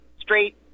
straight